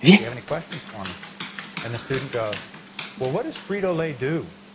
you have any questions for me and the student goes well what does frito-lay do?